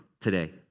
today